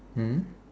mm